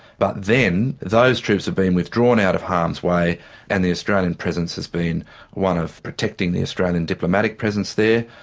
but then those troops have been withdrawn out of harm's way and the australian presence has been one of protecting the australian diplomatic presence there,